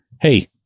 hey